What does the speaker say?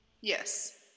Yes